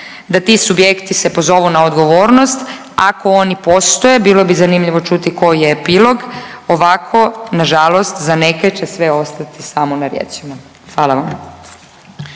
da ti subjekti se pozovu na odgovornost ako oni postoje, bilo bi zanimljivo čuti koji je epilog, ovako nažalost za neke će sve ostati samo na riječima. Hvala vam.